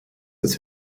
das